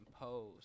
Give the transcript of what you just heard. pose